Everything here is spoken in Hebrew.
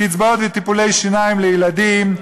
קצבאות לטיפולי שיניים לילדים,